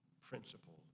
principle